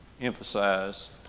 emphasize